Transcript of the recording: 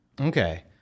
Okay